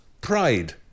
pride